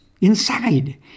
inside